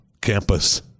campus